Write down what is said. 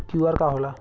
QR का होला?